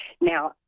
Now